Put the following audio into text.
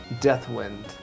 Deathwind